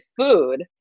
food